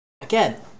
Again